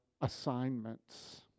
assignments